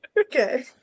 Okay